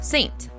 Saint